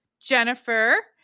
Jennifer